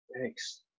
Thanks